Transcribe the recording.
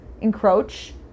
encroach